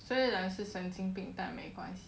虽然是神经病但没关系